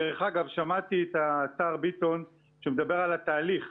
דרך אגב, שמעתי את השר ביטון שמדבר על התהליך.